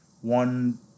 one